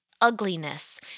ugliness